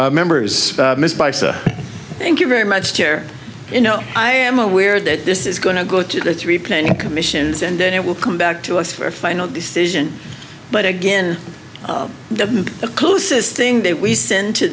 you members missed by so thank you very much here you know i am aware that this is going to go to the three plane commissions and then it will come back to us for a final decision but again the closest thing that we send to